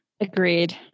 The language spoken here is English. Agreed